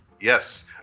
Yes